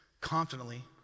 Confidently